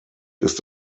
ist